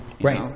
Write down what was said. Right